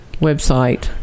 website